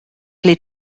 les